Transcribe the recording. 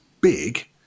big